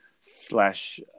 slash